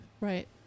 Right